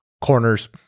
corners